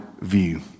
view